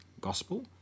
gospel